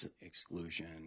exclusion